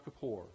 Kippur